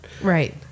Right